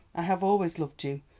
i have always loved you,